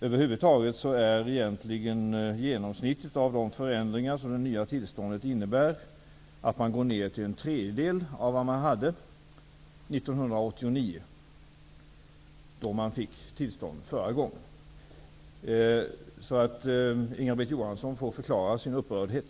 Överhuvudtaget är egentligen genomsnittet av de förändringar som det nya tillståndet innebär att man minskar till en tredjedel av vad man hade 1989, när man förra gången beviljades tillstånd. Inga-Britt Johansson får därför förklara sin upprördhet.